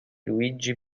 luigi